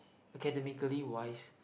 academically wise